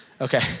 Okay